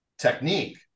technique